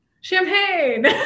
champagne